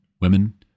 women